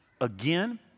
again